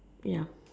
ya